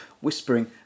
whispering